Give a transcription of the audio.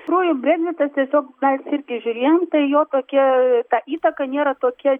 tikrųjų breksitas tiesiog mes irgi žiūrėjom tai jo tokia ta įtaka nėra tokia